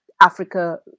Africa